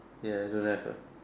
ya I don't have a